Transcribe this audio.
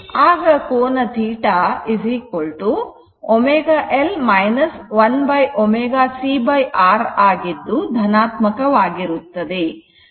ಆಗ ಕೋನ θ ω L 1 ω c R ಆಗಿದ್ದು ಧನಾತ್ಮಕ ವಾಗಿರುತ್ತದೆ